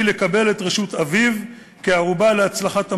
לקבל את רשות אביו כערובה להצלחת המסע,